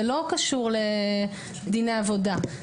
זה לא קשור לדיני עבודה.